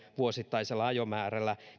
vuosittaisella ajomäärällä